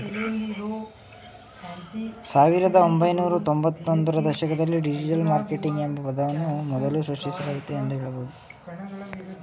ಸಾವಿರದ ಒಂಬೈನೂರ ತ್ತೊಂಭತ್ತು ರ ದಶಕದಲ್ಲಿ ಡಿಜಿಟಲ್ ಮಾರ್ಕೆಟಿಂಗ್ ಎಂಬ ಪದವನ್ನು ಮೊದಲು ಸೃಷ್ಟಿಸಲಾಯಿತು ಎಂದು ಹೇಳಬಹುದು